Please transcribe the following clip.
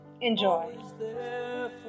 Enjoy